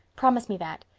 promise me that.